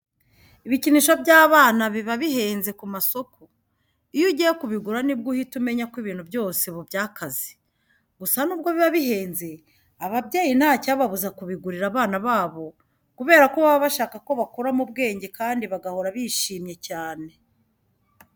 Ibikinisho by'abana biba bihenze ku masoko. Iyo ugiye kubigura nibwo uhita umenya ko ibintu byose ubu byakaze. Gusa nubwo biba bihenze, ababyeyi ntacyababuza kubigurira abana babo kubera ko baba bashaka ko bakura mu bwenge kandi bagahora bishimye cyane.